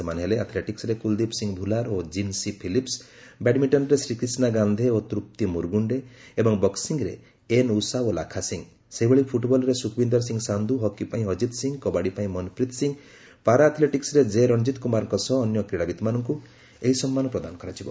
ସେମାନେ ହେଲେ ଆଥ୍ଲେଟିକ୍ସରେ କୁଲଦୀପ ସିଂ ଭୁଲାର ଓ ଜିନ୍ସି ଫିଲିପ୍ସ ବ୍ୟାଡମିଷ୍ଟନରେ ଶ୍ରୀକ୍ରିଷା ଗାନ୍ଧେ ଓ ତୃପ୍ତି ମୁରୁଗୁଣ୍ଡେ ବଙ୍କିଂରେ ଏନ୍ ଉଷା ଓ ଲାଖା ସିଂ ଫୁଟବଲରେ ସୁଖବିନ୍ଦର ସିଂ ସାନ୍ଧୁ ହକି ପାଇଁ ଅଜିତ ସିଂ କବାଡ଼ି ପାଇଁ ମନପ୍ରୀତ୍ ସିଂ ପାରାଆଥ୍ଲେଟିକ୍ନରେ ଜେ ରଣଜିତ୍ କୁମାରଙ୍କ ସହ ଅନ୍ୟ କ୍ରୀଡ଼ାବିତ୍ମାନଙ୍କୁ ଏହି ସମ୍ମାନ ପ୍ରଦାନ କରାଯିବ